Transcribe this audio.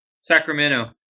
Sacramento